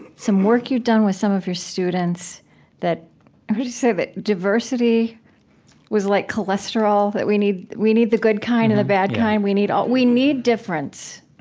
some work you've done with some of your students that what did you say? that diversity was like cholesterol? that we need we need the good kind and the bad kind we need all we need difference.